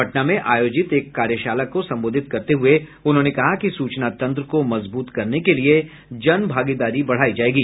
पटना में आयोजित एक कार्यशाला को संबोधित करते हुए उन्होंने कहा कि सूचना तंत्र को मजबूत करने के लिए जनभागीदारी बढ़ायी जायेगी